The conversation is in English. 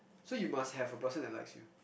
so you must have a person that likes you